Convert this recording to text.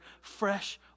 fresh